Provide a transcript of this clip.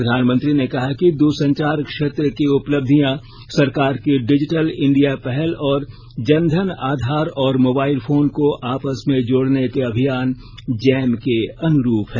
प्रधानमंत्री ने कहा है कि दूरसंचार क्षेत्र की उपलब्धियां सरकार की डिजिटल इंडिया पहल और जनधन आधार और मोबाइल फोन को आपस में जोडने के अभियान जैम के अनुरूप हैं